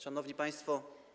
Szanowni Państwo!